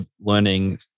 learning